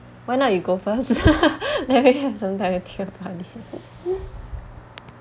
why not you go first let me have some time to think about it